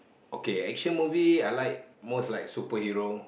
okay action movie I like most like superhero